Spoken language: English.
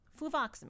fluvoxamine